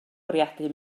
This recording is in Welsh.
bwriadu